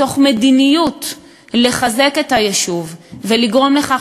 מתוך מדיניות לחזק את היישוב ולגרום לכך